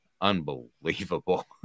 unbelievable